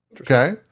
Okay